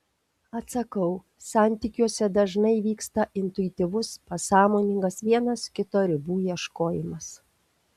atsakau santykiuose dažnai vyksta intuityvus pasąmoningas vienas kito ribų ieškojimas